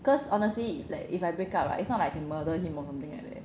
because honestly like if I break up right it's not like I can murder him or something like that